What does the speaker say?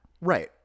right